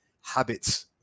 habits